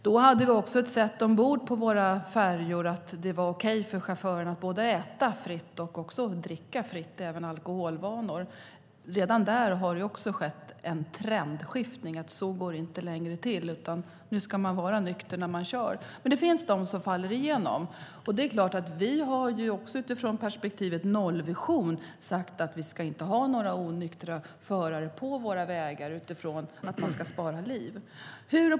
Då var det okej för chaufförer ombord på våra färjor att dricka fritt, även alkohol. Där har det skett ett trendskifte. Så går det inte längre till, utan nu ska man vara nykter när man kör, men det finns de som faller igenom. Vi har utifrån perspektivet nollvision sagt att vi inte ska ha några onyktra förare på våra vägar utifrån att vi ska spara liv.